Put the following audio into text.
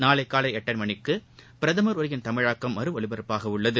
நாளை காலை எட்டரை மணிக்கு பிரதமர் உரையின் தமிழாக்கம் மறு ஒலிபரப்பாகவுள்ளது